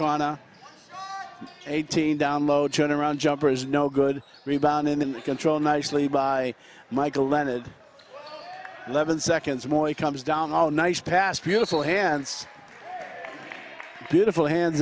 corner eighteen download turnaround jumper is no good rebound in control nicely by michael leonard eleven seconds more he comes down all nice pass beautiful hands beautiful hands